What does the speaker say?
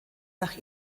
nach